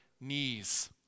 knees